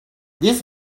this